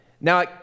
now